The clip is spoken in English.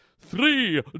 Three